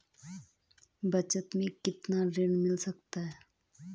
बचत मैं कितना ऋण मिल सकता है?